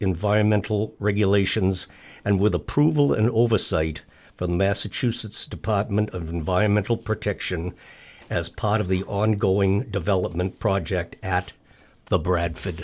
environmental regulations and with approval and oversight for the massachusetts department of environmental protection as part of the ongoing development project at the bradfor